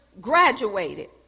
graduated